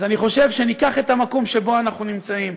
אז אני חושב שניקח את המקום שבו אנחנו נמצאים,